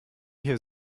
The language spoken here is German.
hier